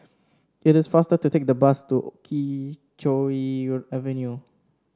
it is faster to take the bus to Kee Choe Avenue